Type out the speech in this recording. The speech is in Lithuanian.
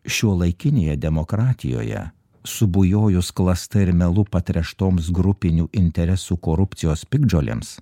šiuolaikinėje demokratijoje subujojus klasta ir melu patreštoms grupinių interesų korupcijos piktžolėms